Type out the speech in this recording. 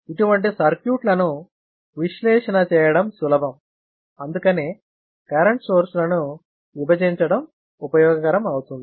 ఇటువంటి సర్క్యూట్ లను విశ్లేషణ చేయడం సులభం అందుకనే కరెంట్ సోర్స్ లను విభజించడం ఉపయోగకరం అవుతుంది